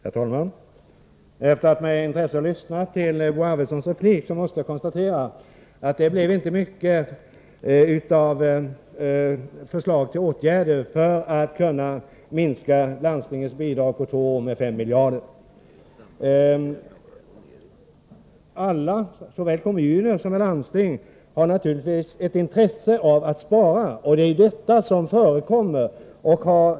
Herr talman! Efter att med intresse ha lyssnat till Bo Arvidsons replik måste jag konstatera att han inte hade mycket att föreslå vad gäller åtgärder för att minska landstingens bidrag med 5 miljarder på två år. Alla, såväl kommuner som landsting, har naturligtvis ett intresse av att spara, och det är detta man försöker göra.